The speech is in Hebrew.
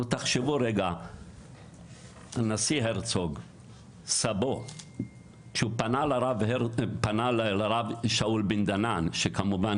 סבו של הנשיא הרצוג פנה לרב שאול בן דנן וביקש